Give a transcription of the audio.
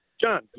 John